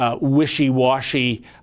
Wishy-washy